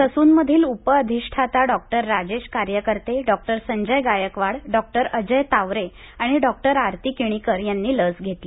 ससूनमधील उप अधिष्ठाता doctor Rajesh Karyakarte doctor Sanjay Gaikwad doctor Ajay Taware आणि डॉक्टर आरती किणीकर यांनी लस घेतली